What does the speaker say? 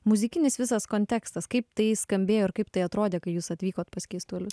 muzikinis visas kontekstas kaip tai skambėjo kaip tai atrodė kai jūs atvykot pas keistuolį